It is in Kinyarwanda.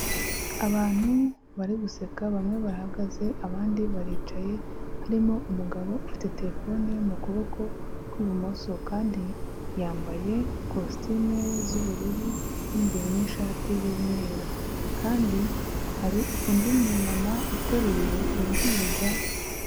Abantu bari guseka bamwe barahagaze abandi baricaye, harimo umugabo ufite terefone ye mu kuboko kw'ibumoso kandi yambaye ikositimu z'ubururu, mo imbere ni ishati y'umweru, kandi hari undi mumama uteruye uruhinja.